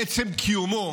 מעצם קיומו